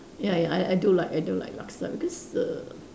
ya ya I I do like I do like laksa because the